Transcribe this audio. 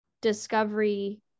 discovery